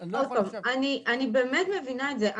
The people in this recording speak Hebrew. עוד פעם, אני באמת מבינה את זה.